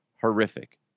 horrific